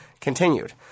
continued